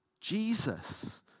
Jesus